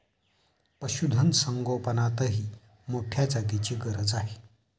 पशुधन संगोपनातही मोठ्या जागेची गरज आहे